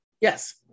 Yes